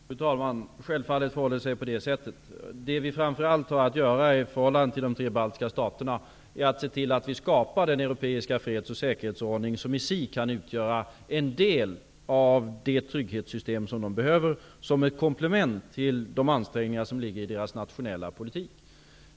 Fru talman! Självfallet förhåller det sig på det sättet. I förhållande till de tre baltiska staterna har Sverige framför allt att se till att skapa den europeiska freds och säkerhetsordning som i sig kan utgöra en del av det trygghetssystem som de baltiska staterna behöver som ett komplement till de ansträngningar som ligger i deras nationella politik.